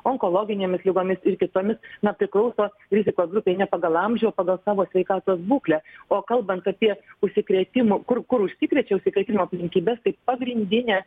onkologinėmis ligomis ir kitomis na priklauso rizikos grupei ne pagal amžių o pagal savo sveikatos būklę o kalbant apie užsikrėtimų kur kur užsikrečia užsikrėtimo aplinkybes tai pagrindinė